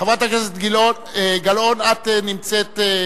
חברת הכנסת גילאון, אה, גלאון, את נמצאת.